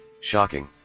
shocking